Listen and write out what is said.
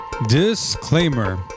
disclaimer